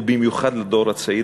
ובמיוחד לדור הצעיר,